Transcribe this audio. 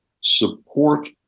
support